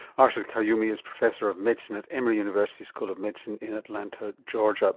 arshed quyuumi is professor of medicine at emory university school of medicine in atlanta georgia.